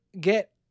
get